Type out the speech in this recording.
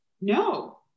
no